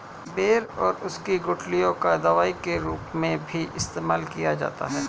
बेर और उसकी गुठलियों का दवाई के रूप में भी इस्तेमाल किया जाता है